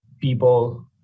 people